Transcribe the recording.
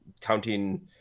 counting